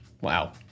Wow